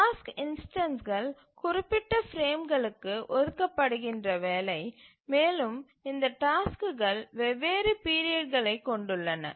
task இன்ஸ்டன்ஸ்கள் குறிப்பிட்ட பிரேம்களுக்கு ஒதுக்கப்படுகின்ற வேலை மேலும் இந்த டாஸ்க்குகள் வெவ்வேறு பீரியட்களை கொண்டுள்ளன